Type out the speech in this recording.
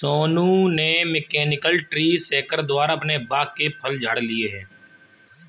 सोनू ने mechanical tree shaker द्वारा अपने बाग के फल झाड़ लिए है